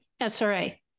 SRA